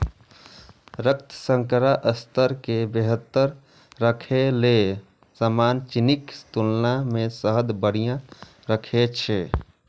रक्त शर्करा स्तर कें बेहतर राखै लेल सामान्य चीनीक तुलना मे शहद बढ़िया रहै छै